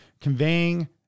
conveying